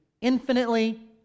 infinitely